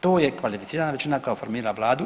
To je kvalificirana većina koja formira Vladu.